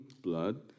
blood